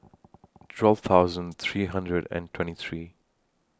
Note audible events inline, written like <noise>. <noise> twelve thousand three hundred and twenty three